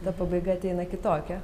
ta pabaiga ateina kitokia